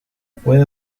puede